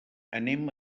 anem